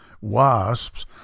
wasps